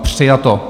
Přijato.